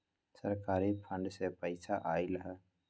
सरकारी फंड से पईसा आयल ह?